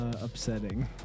upsetting